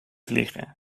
vliegen